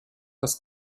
das